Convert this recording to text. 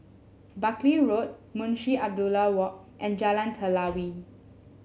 Buckley Road Munshi Abdullah Walk and Jalan Telawi